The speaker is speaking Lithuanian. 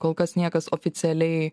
kol kas niekas oficialiai